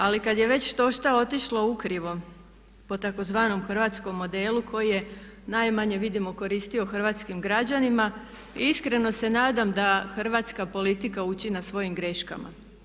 Ali kad je već štošta otišlo u krivo po tzv. hrvatskom modelu koji je najmanje vidimo koristio hrvatskim građanima i iskreno se nadam da hrvatska politika uči na svojim greškama.